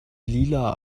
lila